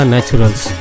Naturals